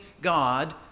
God